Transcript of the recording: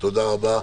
תודה רבה.